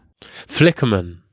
Flickerman